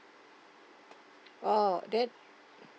oh then